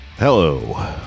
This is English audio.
Hello